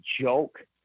joke